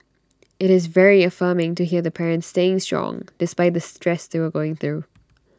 IT is very affirming to hear the parents staying strong despite the stress they were going through